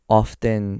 often